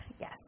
Yes